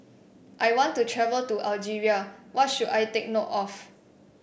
I want to travel to Algeria what should I take note of